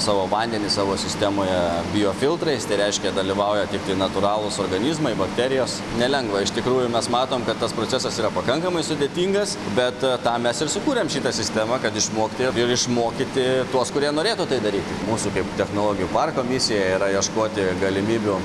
savo vandenį savo sistemoje biofiltrais tai reiškia dalyvauja tiktai natūralūs organizmai bakterijos nelengva iš tikrųjų mes matom kad tas procesas yra pakankamai sudėtingas bet tam mes ir sukūrėm šitą sistemą kad išmokti ir išmokyti tuos kurie norėtų tai daryti mūsų kaip technologijų parko misija yra ieškoti galimybių